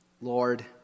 Lord